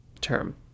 term